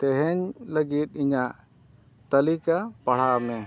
ᱛᱮᱦᱮᱧ ᱞᱟᱹᱜᱤᱫ ᱤᱧᱟᱹᱜ ᱛᱟᱹᱞᱤᱠᱟ ᱯᱟᱲᱦᱟᱣ ᱢᱮ